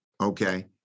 Okay